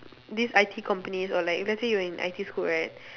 this I_T companies or like let's say you're in I_T school right